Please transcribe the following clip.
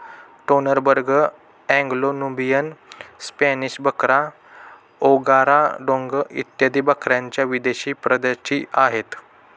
Toggenburg, Anglo Nubian, Spanish बकरा, Angora डोंग इत्यादी बकऱ्यांच्या विदेशी प्रजातीही आहेत